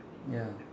ya